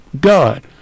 God